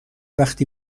وقتی